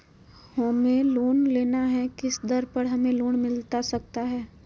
हमें लोन लेना है किस दर पर हमें लोन मिलता सकता है?